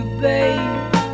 babe